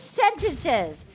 sentences